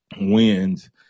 wins